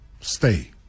stay